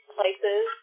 places